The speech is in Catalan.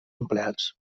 empleats